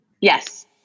Yes